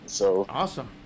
Awesome